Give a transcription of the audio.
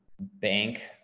bank